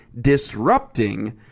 disrupting